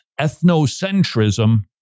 ethnocentrism